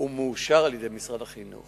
והוא מאושר על-ידי משרד החינוך,